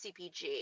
CPG